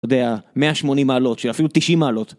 אתה יודע, 180 מעלות, שאפילו 90 מעלות.